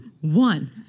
one